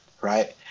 right